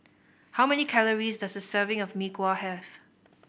how many calories does a serving of Mee Kuah have